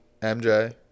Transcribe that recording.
MJ